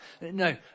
No